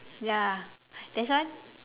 ya that's why